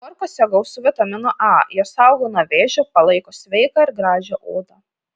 morkose gausu vitamino a jos saugo nuo vėžio palaiko sveiką ir gražią odą